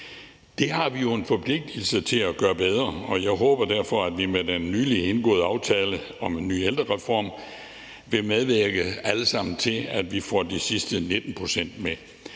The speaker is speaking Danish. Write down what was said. Det har vi jo en forpligtigelse til at gøre bedre, og jeg håber derfor, at vi med den nylig indgåede aftale om en ny ældrereform alle sammen vil medvirke til, at vi får de sidste 19 pct. med.